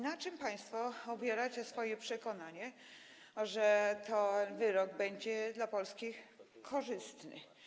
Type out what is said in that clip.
Na czym państwo opieracie swoje przekonanie, że ten wyrok będzie dla Polski korzystny?